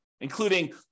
including